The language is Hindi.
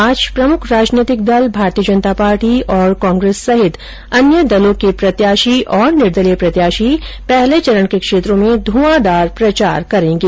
आज प्रमुख राजनैतिक दल भारतीय जनता पार्टी और कांग्रेस सहित अन्य दलों के प्रत्याशी पहले चरण के क्षेत्रों में धुआंधार प्रचार करेंगे